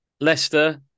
Leicester